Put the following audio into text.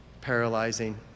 paralyzing